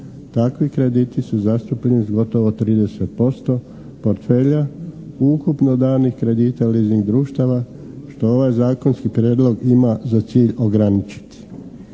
Takvi krediti su zastupljeni s gotovo 30% portfelja ukupno danih kredita leasing društava što ovaj zakonski prijedlog ima za cilj ograničiti.